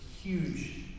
huge